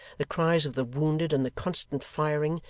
the cries of the wounded and the constant firing,